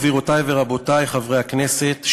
גבירותי ורבותי חברי הכנסת,